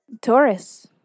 Taurus